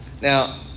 Now